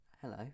hello